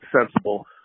sensible